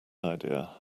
idea